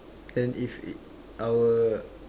then if it our